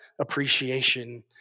appreciation